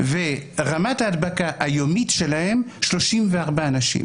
ורמת ההדבקה היומית שלהם היא 34 אנשים.